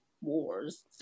wars